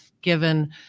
given